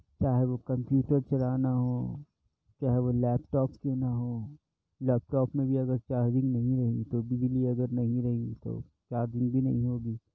چاہے وہ کمپیوٹر چلانا ہو چاہے وہ لیپ ٹاپ کیوں نہ ہو لیپ ٹاپ میں بھی اگر چارجنگ نہیں ہے تو بجلی اگر نہیں رہی تو چارجنگ بھی نہیں ہوگی